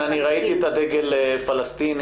ראיתי את דגל פלסטיני.